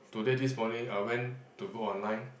today this morning I went to go online